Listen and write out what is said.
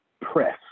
press